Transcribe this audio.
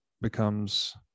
becomes